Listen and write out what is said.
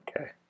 Okay